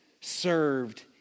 served